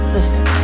Listen